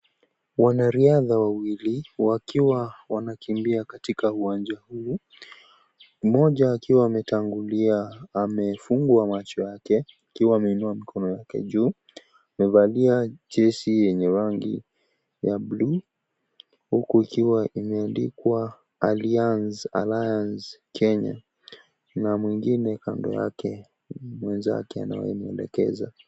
Wanariadha wawili wakiwa wanakimbia katika uwanja huu, mmoja akiwa ametangulia amefungwa macho yake akiwa ameinua mikono yake juu. Amevalia jezi yenye rangi ya bluu huku ikiwa imeandikwa Allianz Kenya na mwingine kando yake mwenzake anayemuelekeza.